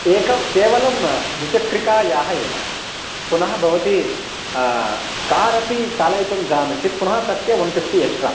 एकं केवलं द्विचक्रिकायाः एव पुनः भवती कार् अपि चालयितुं जानति चेत् पुनः तस्य ओन् फ़िफ़्टि एक्स्ट्रा